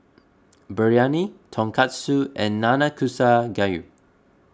Biryani Tonkatsu and Nanakusa Gayu